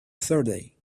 thirty